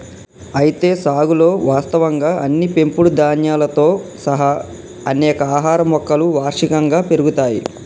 అయితే సాగులో వాస్తవంగా అన్ని పెంపుడు ధాన్యాలతో సహా అనేక ఆహార మొక్కలు వార్షికంగా పెరుగుతాయి